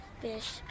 fish